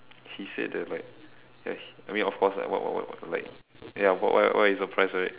he said that like ya I mean of course like what what what like ya why why why you surprised right